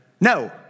no